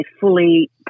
fully